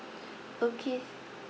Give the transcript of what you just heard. okay